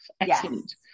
Excellent